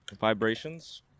vibrations